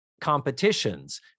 competitions